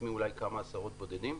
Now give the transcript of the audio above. אולי חוץ מכמה עשרות בודדים.